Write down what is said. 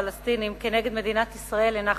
בפלסטינים כנגד מדינת ישראל אינה חדשה.